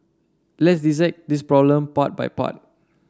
let's dissect this problem part by part